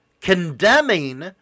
condemning